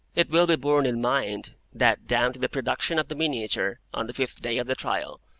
it will be borne in mind that down to the production of the miniature, on the fifth day of the trial,